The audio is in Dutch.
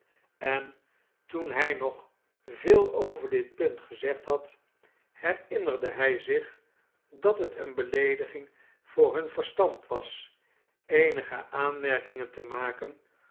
en toen hij nog veel over dit punt gezegd had herinnerde hij zich dat het eene beleediging voor hun verstand was eenige aanmerkingen te maken